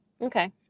Okay